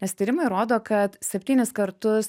nes tyrimai rodo kad septynis kartus